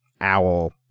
owl